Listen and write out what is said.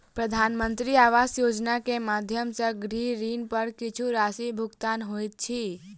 प्रधानमंत्री आवास योजना के माध्यम सॅ गृह ऋण पर किछ राशि भुगतान होइत अछि